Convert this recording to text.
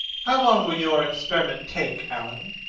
how long will your experiment take, alan?